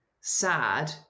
sad